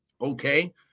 Okay